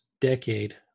decade